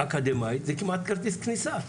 אקדמאית זה כמעט כרטיס כניסה.